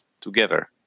together